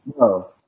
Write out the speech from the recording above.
No